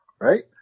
Right